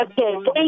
Okay